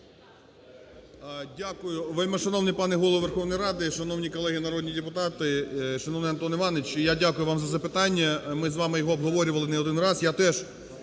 Дякую. Вельмишановний пане Голово Верховної Ради, шановні колеги народні депутати, шановний Антон Іванович! Я дякую вам за запитання, ми з вами його обговорювали не один раз.